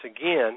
again